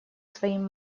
своим